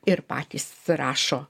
ir patys rašo